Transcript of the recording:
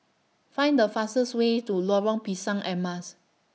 Find The fastest Way to Lorong Pisang Emas